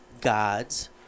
gods